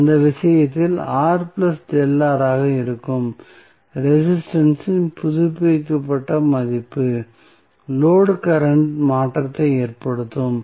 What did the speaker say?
அந்த விஷயத்தில் ஆக இருக்கும் ரெசிஸ்டன்ஸ் இன் புதுப்பிக்கப்பட்ட மதிப்பு லோடு கரண்ட் இல் மாற்றத்தை ஏற்படுத்தும்